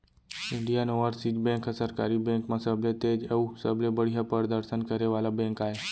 Indian Overseas bank ह सरकारी bank म सबले तेज अउ सबले बड़िहा परदसन करे वाला बेंक आय